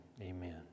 amen